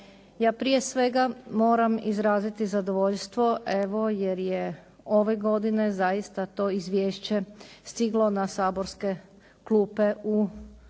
Ja prije svega moram izraziti zadovoljstvo evo jer je ove godine zaista to izvješće stiglo na saborske klupe u još